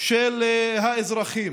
של האזרחים.